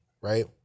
right